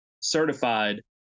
certified